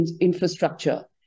infrastructure